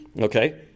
okay